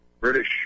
British